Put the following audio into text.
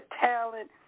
talent